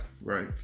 right